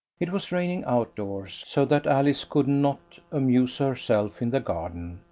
it was raining outdoors, so that alice could not amuse herself in the garden,